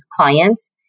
clients